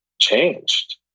changed